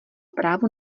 právo